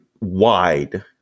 wide